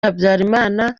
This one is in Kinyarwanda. habyarimana